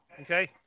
okay